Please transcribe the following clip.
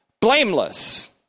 blameless